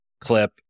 clip